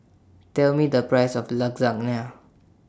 Tell Me The Price of Lasagna